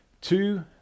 two